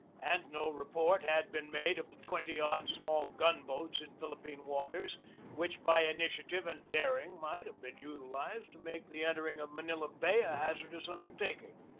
and no report had been made of the twenty-odd small gun-boats in philippine waters which by initiative and daring might have been utilized to make the entering of manila bay a hazardous undertaking.